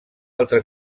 altra